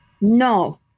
No